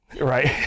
right